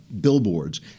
billboards